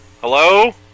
Hello